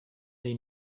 they